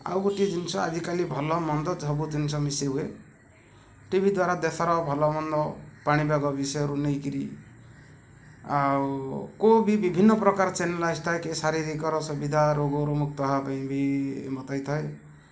ଆଉ ଗୋଟିଏ ଜିନିଷ ଆଜିକାଲି ଭଲ ମନ୍ଦ ସବୁ ଜିନିଷ ମିଶି ହୁଏ ଟି ଭି ଦ୍ୱାରା ଦେଶର ଭଲ ମନ୍ଦ ପାଣିପାଗ ବିଷୟରୁ ନେଇ କରି ଆଉ କେଉଁ ବିଭିନ୍ନ ପ୍ରକାର ଚ୍ୟାନେଲ୍ ଆସିଥାଏ କି ଶାରୀରିକର ସୁବିଧା ରୋଗରୁ ମୁକ୍ତ ହେବା ପାଇଁ ବି ମତାଇଥାଏ